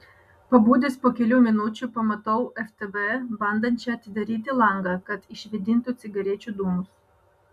pabudęs po kelių minučių pamatau ftb bandančią atidaryti langą kad išvėdintų cigarečių dūmus